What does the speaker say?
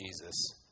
Jesus